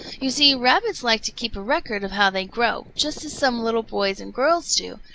you see, rabbits like to keep a record of how they grow, just as some little boys and girls do,